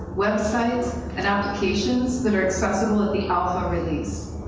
websites, and applications that are accessible at the alpha release.